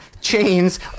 Chains